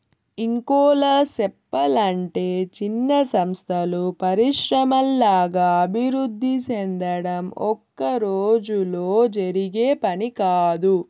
ఇంకోలా సెప్పలంటే చిన్న సంస్థలు పరిశ్రమల్లాగా అభివృద్ధి సెందడం ఒక్కరోజులో జరిగే పని కాదు